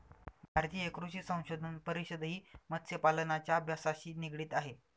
भारतीय कृषी संशोधन परिषदही मत्स्यपालनाच्या अभ्यासाशी निगडित आहे